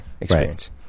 experience